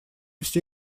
все